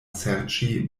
serĉi